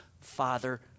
father